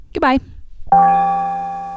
Goodbye